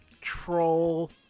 troll